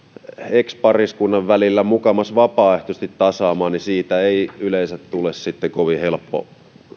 ex pariskunnan välillä mukamas vapaaehtoisesti tasaamaan niin siitä ei yleensä tule kovin helppoa